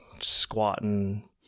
squatting